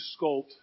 sculpt